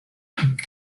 and